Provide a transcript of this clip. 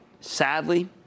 Sadly